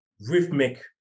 rhythmic